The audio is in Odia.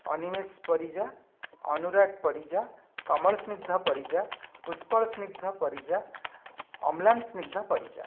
ଅନିମେଶ ପରିଜା ଅନୁରାଗ ପରିଜା କମଳସ୍ନିଗ୍ଧ ପରିଜା ଉତ୍ପଳସ୍ନିଗ୍ଧ ପରିଜା ଅମ୍ଲାନସ୍ନିଗ୍ଧ ପରିଜା